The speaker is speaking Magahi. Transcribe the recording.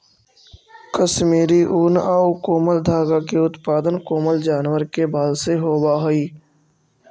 कश्मीरी ऊन आउ कोमल धागा के उत्पादन कोमल जानवर के बाल से होवऽ हइ